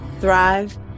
thrive